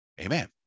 Amen